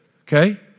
okay